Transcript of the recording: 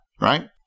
right